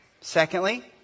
Secondly